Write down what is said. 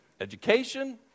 Education